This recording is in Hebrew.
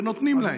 ונותנים להם.